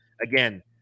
Again